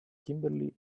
kimberly